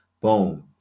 boom